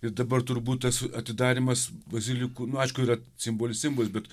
ir dabar turbūt tas atidarymas bazilikų nu aišku yra simbolis simbolis bet